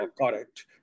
correct